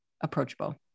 approachable